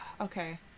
Okay